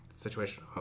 situation